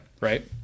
Right